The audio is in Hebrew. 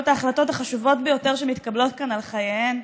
ההחלטות החשובות ביותר שמתקבלות כאן על חייהם.